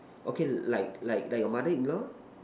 okay like like like your mother in law